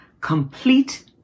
complete